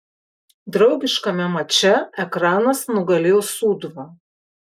draugiškame mače ekranas nugalėjo sūduvą